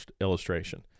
illustration